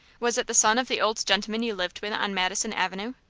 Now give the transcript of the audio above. was it the son of the old gentleman you lived with on madison avenue?